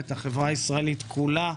את החברה הישראלית כולה,